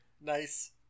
Nice